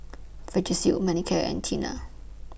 Vagisil Manicare and Tena